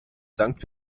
sankt